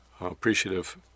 appreciative